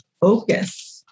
focus